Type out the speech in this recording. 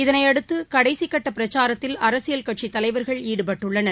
இதனையடுத்து கடைசிகட்டப் பிரச்சாரத்தில் அரசியல் கட்சித் தலைவர்கள் ஈடுபட்டுள்ளனர்